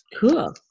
Cool